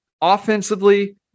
offensively